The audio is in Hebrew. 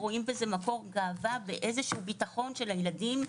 רואים בזה מקור גאווה ואיזשהו ביטחון של הילדים,